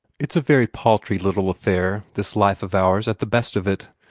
it's a very paltry little affair, this life of ours, at the best of it.